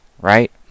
right